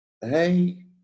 Hey